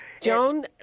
joan